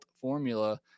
formula